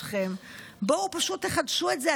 בואו פשוט תחדשו את זה.